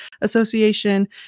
Association